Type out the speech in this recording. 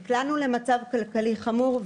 נקלענו למצב כלכלי חמור,